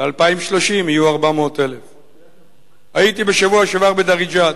ב-2030 יהיו 400,000. הייתי בשבוע שעבר בדריג'את.